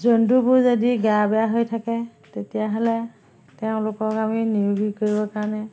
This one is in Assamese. জন্তুবোৰ যদি গা বেয়া হৈ থাকে তেতিয়াহ'লে তেওঁলোকক আমি নিৰোগী কৰিবৰ কাৰণে